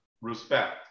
respect